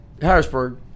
Harrisburg